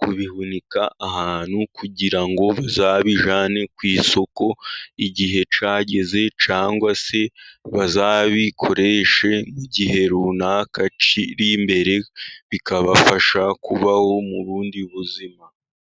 kubihunika ahantu, kugira ngo bazabijyane ku isoko igihe cyageze, cyangwa se bazabikoreshe nk'igihe runaka kiri imbere, bikabafasha kubaho mu bundi buzima.